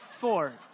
Four